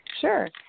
Sure